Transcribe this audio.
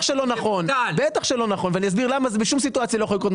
שלא נכון ואני אסביר למה זה בשום סיטואציה לא יכול לקרות,